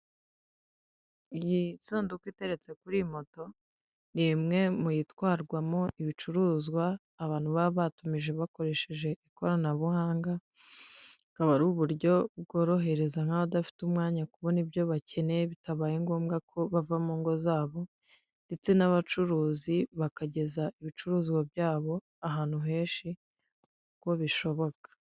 Iyi sanduku iteretse kuri iyi moto, ni imwe mu yitwarwamo ibicuruzwa abantu baba batumije bakoresheje ikoranabuhangakaba, akaba ari uburyo bworohereza nk'abadafite umwanya kubona ibyo bakeneye bitabaye ngombwa ko bava mu ngo zabo, ndetse n'abacuruzi bakageza ibicuruzwa byabo ahantu henshi, kubo bishoboka.